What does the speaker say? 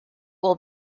will